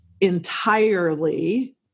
entirely